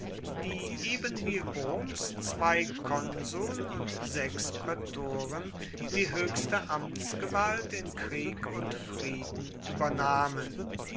die ebenwie roms zwei konsuln und sechs prätoren die höchste amtsgewalt in krieg und frieden übernahmen